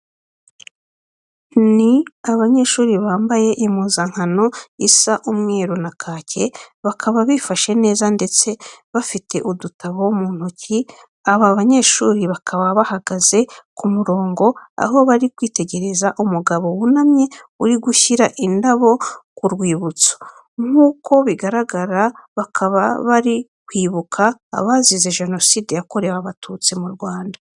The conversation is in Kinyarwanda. Ni abanyeshuri bambaye impuzankano isa umweru na kake, bakaba bifashe neza ndetse bafite udutabo mu ntoki. Aba banyeshuri bakaba bahagaze ku murongo aho bari kwitegereza umugabo wunamye uri gushyira indabo ku rwibutso. Nkuko bigaragara bakaba bari kwibuka abazize Jenoside yakorewe Abatutsi mu Rwanda.